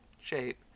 shape